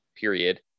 period